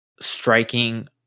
striking